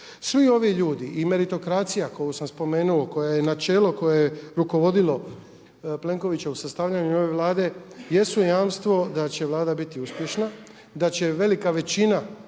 Svi ovi ljudi i meritokracija koju sam spomenuo koja je načelo, koja je rukovodilo Plenkovića u sastavljanju ove Vlade jesu jamstvo da će Vlada biti uspješna, da će velika većina